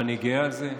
ואני גאה על זה.